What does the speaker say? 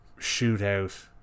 shootout